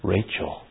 Rachel